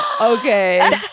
okay